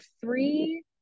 three